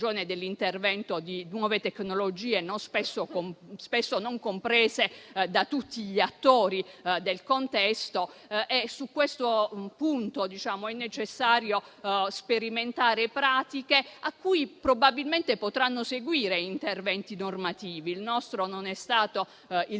dell'intervento di nuove tecnologie, spesso non comprese da tutti gli attori del contesto. Su questo punto è necessario sperimentare pratiche a cui probabilmente potranno seguire interventi normativi. Il nostro primo